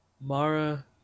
Mara